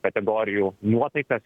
kategorijų nuotaikas